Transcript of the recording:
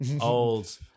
Old